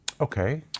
Okay